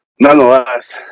Nonetheless